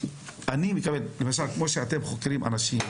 כמו כשאתם חוקרים אנשים,